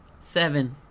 Seven